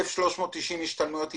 1,390 השתלמויות התחילו.